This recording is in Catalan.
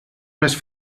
més